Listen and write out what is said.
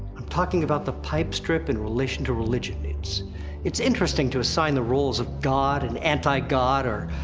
i'm talking about the pipe strip in relation to religion. it's it's interesting to assign the roles of god and anti-god, or,